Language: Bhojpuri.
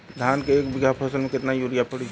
धान के एक बिघा फसल मे कितना यूरिया पड़ी?